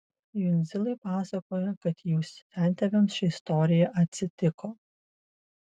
jundzilai pasakoja kad jų sentėviams ši istorija atsitiko